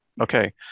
Okay